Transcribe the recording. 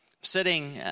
sitting